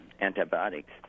antibiotics